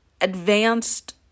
advanced